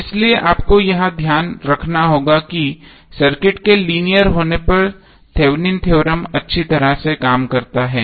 इसलिए आपको यह ध्यान रखना होगा कि सर्किट के लीनियर होने पर थेवेनिन थ्योरम Thevenins theorem अच्छी तरह से काम करता है